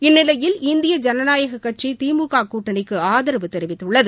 இந்நிலையில் இந்திய ஜனநாயக கட்சி திமுக கூட்டணிக்கு ஆதரவு தெரிவித்துள்ளது